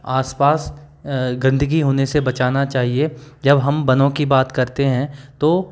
आस पास गंदगी होने से से बचाना चाहिए जब हम वनों की बात करते हैं तो